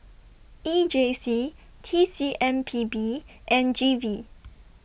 E J C T C M P B and G V